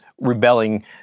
rebelling